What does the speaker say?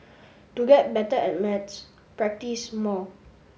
to get better at maths practise more